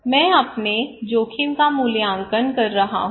मैं अपने जोखिम का मूल्यांकन कर रहा हूं